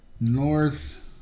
North